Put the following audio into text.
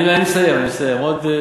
אני מסיים, אני מסיים עוד,